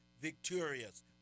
Victorious